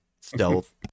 stealth